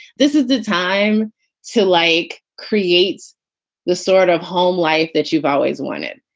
this is the time to like create the sort of home life that you've always wanted.